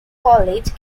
college